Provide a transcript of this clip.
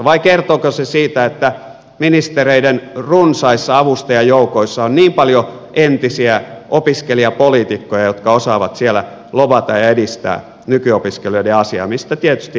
vai kertooko se siitä että ministereiden runsaissa avustajajoukoissa on niin paljon entisiä opiskelijapoliitikkoja jotka osaavat siellä lobata ja edistää nykyopiskelijoiden asiaa mistä tietysti heille kunnia